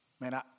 Man